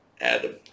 adam